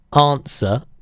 answer